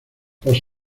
los